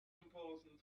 important